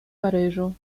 paryżu